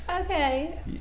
Okay